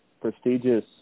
prestigious